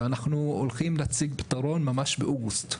ואנחנו הולכים להציג פתרון באוגוסט.